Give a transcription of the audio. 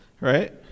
right